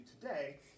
today